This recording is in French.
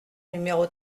numéro